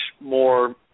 more